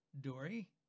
Dory